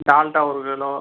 டால்டா ஒரு கிலோ